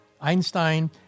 Einstein